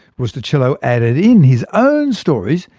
rustichello added in his own stories,